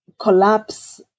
collapse